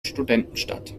studentenstadt